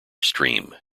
stream